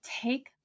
take